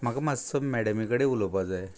म्हाका मातसो मॅडमी कडेन उलोवपा जाय